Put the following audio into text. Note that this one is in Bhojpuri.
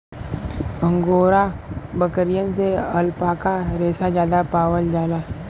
अंगोरा बकरियन से अल्पाका रेसा जादा पावल जाला